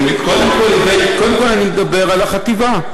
קודם כול אני מדבר על החטיבה,